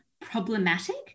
problematic